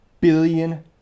billion